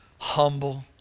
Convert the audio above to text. humble